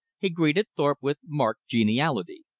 he greeted thorpe with marked geniality.